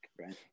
Right